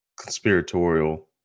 conspiratorial